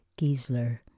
Giesler